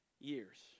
years